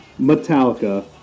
Metallica